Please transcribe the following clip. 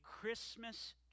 Christmas